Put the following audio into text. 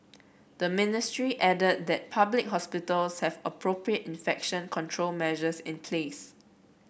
the ministry added that public hospitals have appropriate infection control measures in place